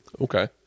Okay